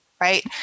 right